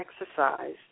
exercise